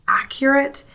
accurate